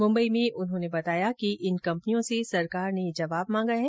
मुम्बई में उन्होंने बताया कि इन कम्पनियों से सरकार ने जवाब मांगा है